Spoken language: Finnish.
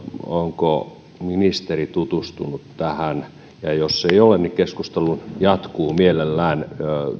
onko ministeri tutustunut tähän jos ei ole niin keskustelu jatkuu mielellään